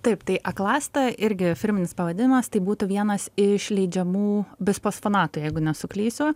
taip tai aklasta irgi firminis pavadinimas tai būtų vienas iš leidžiamų bisfosfonatų jeigu nesuklysiu